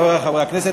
חברי חברי הכנסת,